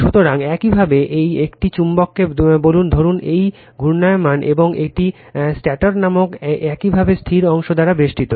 সুতরাং একইভাবে একটি চুম্বককে বলুন ধরুন এটি ঘূর্ণায়মান এবং এটি স্টেটর নামক একইভাবে স্থির অংশ দ্বারা বেষ্টিত